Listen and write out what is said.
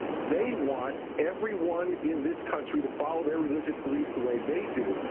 they want everyone in this country to follow their religious beliefs the way they do.